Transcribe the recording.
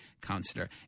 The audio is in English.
Councillor